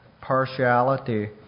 partiality